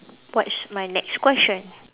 what is my next question